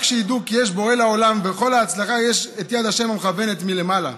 רק שידעו כי יש בורא לעולם ובכל ההצלחה יש יד ה' המכוונת מלמעלה,